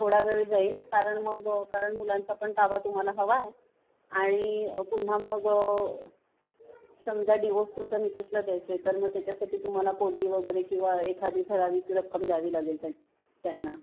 थोडा वेळ जाईल कारण मग कारण मुलांचा पण ताबा तुम्हाला हवा आहे आणि पुन्हा मग समजा डिवोर्स तुमच्या मिसेसला द्यायचा आहे तर मग त्याच्यासाठी तुम्हाला पोटगी वगैरे किंवा एखादी ठरावीक रक्कम द्यावी लागेल त्यां त्यांना